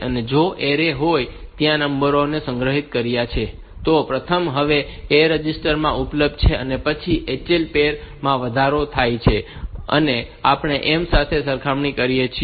તેથી જો આ એરે હોય કે જ્યાં આપણે નંબરો ને સંગ્રહિત કર્યા છે તો પ્રથમ નંબર હવે A રજિસ્ટર માં ઉપલબ્ધ છે પછી HL પેર માં વધારો થયો છે અને આપણે M સાથે સરખામણી કરીએ છીએ